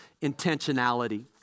intentionality